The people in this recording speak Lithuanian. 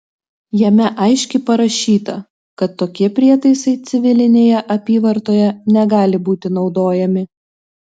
jame aiškiai parašyta kad tokie prietaisai civilinėje apyvartoje negali būti naudojami